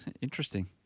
interesting